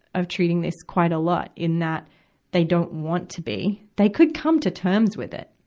of treating this quite a lot, in that they don't want to be. they could come to terms with it.